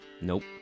Nope